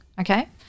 Okay